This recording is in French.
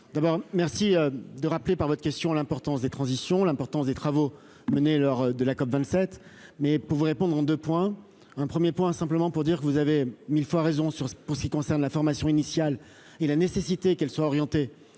d'abord merci de rappeler par votre question, l'importance des transitions, l'importance des travaux menés lors de la COP27, mais pour vous répondre en 2 points : un 1er point simplement pour dire : vous avez 1000 fois raison sur ce pour ce qui concerne la formation initiale et la nécessité qu'elle soit orientée